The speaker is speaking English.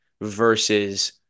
versus